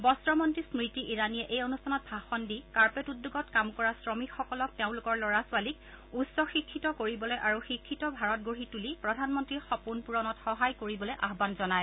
বস্ত্ৰমন্ত্ৰী স্মৃতি ইৰাণীয়ে এই অনুষ্ঠানত ভাষণ দি কাৰ্পেট উদ্যোগত কাম কৰা শ্ৰমিকসকলক তেওঁলোকৰ ল'ৰা ছোৱালীক উচ্চ শিক্ষিত কৰিবলৈ আৰু শিক্ষিত ভাৰত গঢ়ি তুলি প্ৰধানমন্ত্ৰীৰ সপোন পূৰণত সহায় কৰিবলৈ আহান জনায়